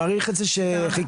מעריך את זה שחיכית.